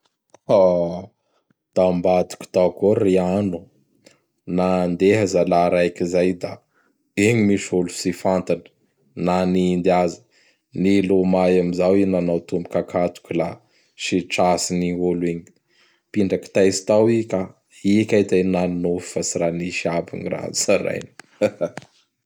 Tambadiky tao koa riano. Nandeha zala raiky izay da igny misy olo tsy fantany nanindy azy, nilomay am zao i nanao tomboky akatoky la sy tratsin'ny olo igny. Mpindraky taitsy tao i. I kay zay gn nagnonofy fa tsy ra nisy aby gny raha tsarainy.